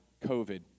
COVID